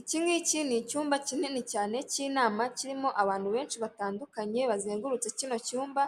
Iki ni icyumba kinini cyane cy'inama, kirimo abantu benshi batandukanye bazengurutse kino cyumba.